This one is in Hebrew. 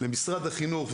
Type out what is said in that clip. למשרד החינוך.